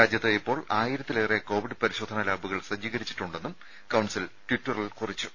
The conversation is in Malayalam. രാജ്യത്ത് ഇപ്പോൾ ആയിരത്തിലേറെ കോവിഡ് പരിശോധനാ ലാബുകൾ സജ്ജീകരിച്ചിട്ടുണ്ടെന്നും കൌൺസിൽ ട്വിറ്ററിൽ കുറിച്ചു